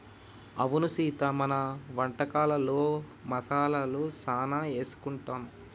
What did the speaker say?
అవును సీత మన వంటకాలలో మసాలాలు సానా ఏసుకుంటాం